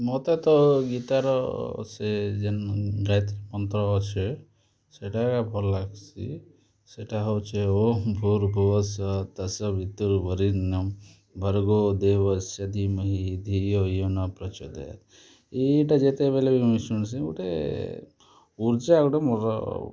ମତେ ତ ଗୀତାର ସେ ଯେନ୍ ଗାୟତ୍ରୀ ମନ୍ତ୍ର ଅଛେ ସେଟା ଭଲ୍ ଲାଗ୍ସି ସେଟା ହେଉଛେ ଓଁ ଭୁର୍ ଭୁବସ୍ଵହା ତସ୍ୟ ବିତୁର୍ ବରେନ୍ୟମ୍ ଭର୍ଗୋ ଦେବୋ ସ୍ୟଧିମହି ଧିୟୋୟୋନା ପ୍ରଚୋଦୟାତ୍ ଇଟା ଯେତେବେଲେ ବି ମୁଇଁ ଶୁଣ୍ସି ଗୁଟେ ଉର୍ଜା ଗୁଟେ ମୋର୍